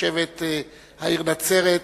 תושבת העיר נצרת,